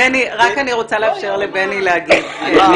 אני רוצה לאפשר לבני להגיב.